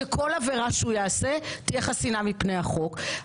שכל עבירה שהוא יעשה תהיה חסינה מפני החוק.